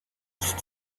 used